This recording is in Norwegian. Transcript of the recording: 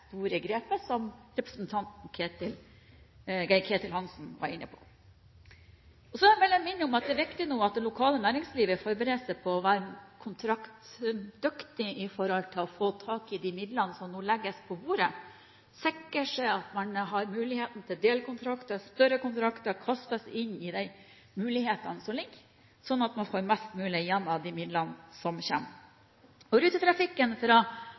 store grepet, som representanten Geir-Ketil Hansen var inne på. Så vil jeg minne om at det nå er viktig at det lokale næringslivet forbedrer seg på å være kontraktdyktig når det gjelder å få tak i de midlene som nå legges på bordet, sikrer seg at man har muligheten til delkontrakter og større kontrakter og kaster seg inn i de mulighetene som foreligger, slik at man får mest mulig igjen av de midlene som